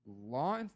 law